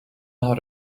out